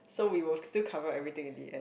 so we will still cover everything in the end